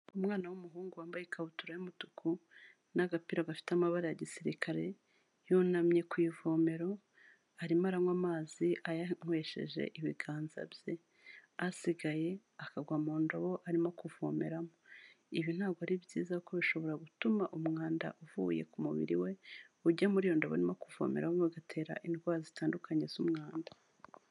Umwana w'umuhungu wambaye ikabutura y'umutuku n'agapira gafite amabara ya gisirikare, yunamye ku ivomero arimo aranywa amazi ayanywesheje ibiganza bye, asigaye akagwa mu ndobo arimo kuvomeramo. Ibi ntabwo ari byiza kuko bishobora gutuma umwanda uvuye ku mubiri we, ujya muri iyo ndobo ari mo kuvomeramo bigatera indwara zitandukanye z'umwanda.